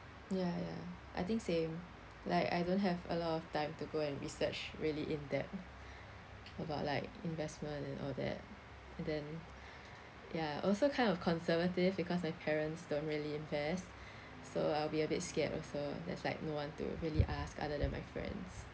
ya ya I think same like I don't have a lot of time to go and research really in-depth about like investment and all that and then ya also kind of conservative because my parents don't really invest so I'll be a bit scared also there's like no one to really ask other than my friends